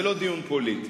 זה לא דיון פוליטי.